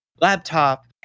laptop